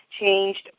changed